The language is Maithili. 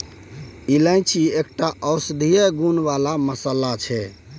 इलायची एकटा औषधीय गुण बला मसल्ला छै